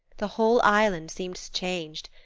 the whole island seems changed.